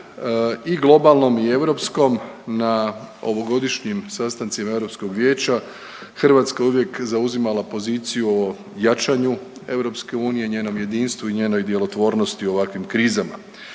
i globalnom i europskom na ovogodišnjim sastancima Europskog vijeća Hrvatska je uvijek zauzimala poziciju o jačanju EU, njenom jedinstvu i njenoj djelotvornosti u ovakvim krizama,